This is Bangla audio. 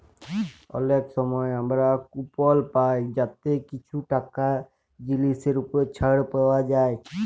অলেক সময় আমরা কুপল পায় যাতে কিছু টাকা জিলিসের উপর ছাড় পাউয়া যায়